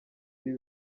ibi